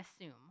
assume